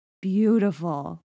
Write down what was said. Beautiful